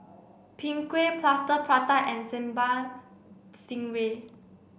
Png Kueh Plaster Prata and Sambal Stingray